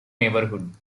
neighbourhood